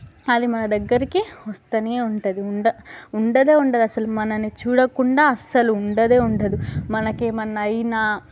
అది మన దగ్గరికి వస్తూనే ఉంటుంది ఉండ ఉండదే ఉండదు అస్సలు మనని చూడకుండా అస్సలు ఉండదే ఉండదు మనకు ఏమైనా అయినా